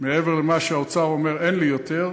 מעבר למה שהאוצר אומר: אין לי יותר,